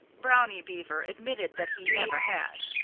brownie beaver admitted that he never had.